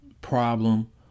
problem